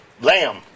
Lamb